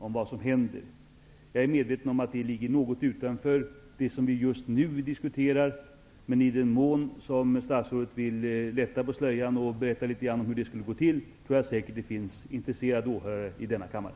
Jag är medveten om att det ligger något utanför det som vi just nu diskuterar, men i den mån statsrådet vill lätta på slöjan och berätta litet hur det skulle gå till, tror jag säkert att det finns intresserade åhörare i denna kammare.